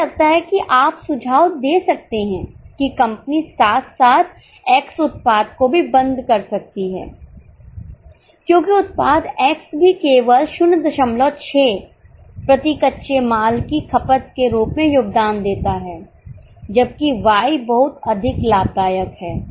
मुझे लगता है कि आप सुझाव दे सकते हैं कि कंपनी साथ साथ Xउत्पाद को भी बंद कर सकती है क्योंकि उत्पाद X भी केवल 06 प्रति कच्चे माल की खपत के रूप में योगदान देता है जबकि Y बहुत अधिक लाभदायक है